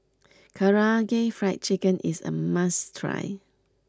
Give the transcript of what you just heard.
Karaage Fried Chicken is a must try